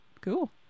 Cool